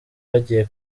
bagiye